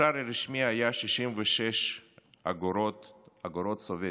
השער הרשמי היה 66 אגורות סובייטיות,